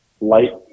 light